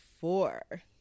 four